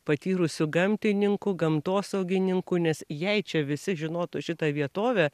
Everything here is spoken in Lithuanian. patyrusių gamtininkų gamtosaugininkų nes jei čia visi žinotų šitą vietovę